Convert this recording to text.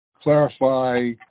clarify